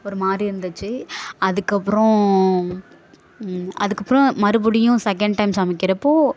ஒரு மாதிரி இருந்துச்சு அதுக்கப்புறம் அதுக்கப்புறம் மறுபடியும் செகெண்ட் டைம் சமைக்கிறப் போது